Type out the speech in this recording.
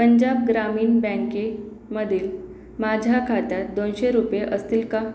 पंजाब ग्रामीण बँकेमधील माझ्या खात्यात दोनशे रुपये असतील का